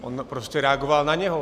On prostě reagoval na něj.